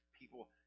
people